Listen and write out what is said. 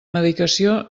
medicació